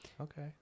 Okay